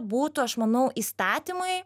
būtų aš manau įstatymai